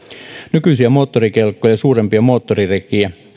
nykyisiä moottorikelkkoja suurempia moottorirekiä